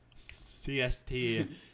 CST